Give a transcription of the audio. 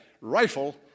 rifle